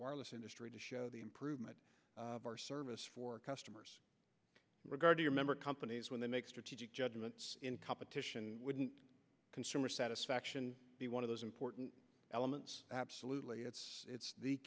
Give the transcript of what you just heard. wireless industry to show the improvement of our service for customers regarding remember companies when they make strategic judgments in competition wouldn't consumer satisfaction be one of those important elements absolutely that's the